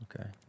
okay